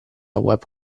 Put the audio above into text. web